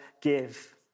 give